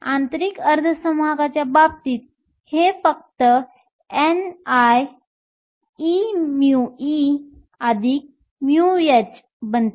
आंतरिक अर्धसंवाहकाच्या बाबतीत हे फक्त nieμe μh बनते